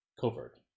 covert